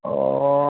অ